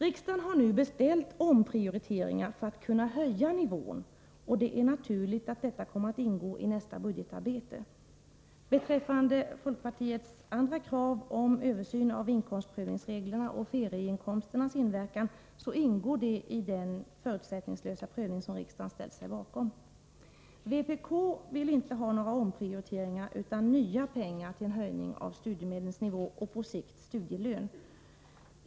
Riksdagen har nu beställt omprioriteringar för att kunna höja nivån, och det är naturligt att detta kommer att ingå i nästa budgetarbete. Folkpartiets andra krav — om översyn av inkomstprövningsreglerna och ferieinkomsternas inverkan — ingår i den förutsättningslösa prövning som riksdagen ställt sig bakom. Vpk vill inte ha några omprioriteringar utan nya pengar till en höjning av studiemedlens nivå och på sikt studielön.